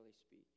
speak